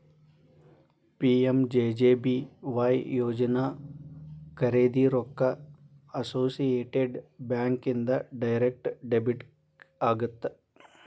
PMJJBY ಯೋಜನಾ ಖರೇದಿ ರೊಕ್ಕ ಅಸೋಸಿಯೇಟೆಡ್ ಬ್ಯಾಂಕ್ ಇಂದ ಡೈರೆಕ್ಟ್ ಡೆಬಿಟ್ ಆಗತ್ತ